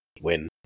win